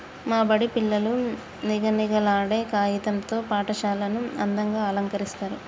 మా బడి పిల్లలు నిగనిగలాడే కాగితం తో పాఠశాలను అందంగ అలంకరిస్తరు